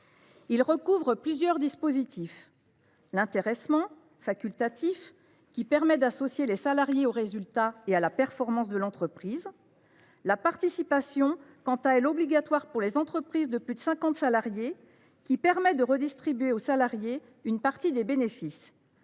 Il recouvre plusieurs dispositifs : l’intéressement, facultatif, qui permet d’associer les salariés aux résultats et à la performance de l’entreprise ; la participation, obligatoire pour les entreprises de plus de 50 salariés, qui permet de redistribuer aux employés une partie des bénéfices.